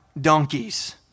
donkeys